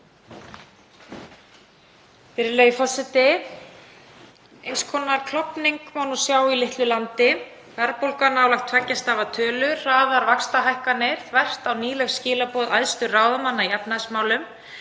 Virðulegur forseti. Eins konar klofning má nú sjá í litlu landi, verðbólga er nálægt tveggja stafa tölu, hraðar vaxtahækkanir þvert á nýleg skilaboð æðstu ráðamanna í efnahagsmálum,